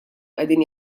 qegħdin